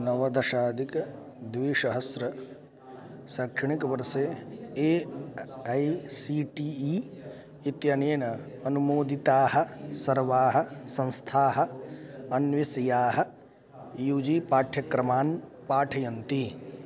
नवदशाधिकद्विशहस्र शैक्षणिकवर्षे A I C T E इत्यनेन अनुमोदिताः सर्वाः संस्थाः अन्विष याः यू जी पाठ्यक्रमान् पाठयन्ति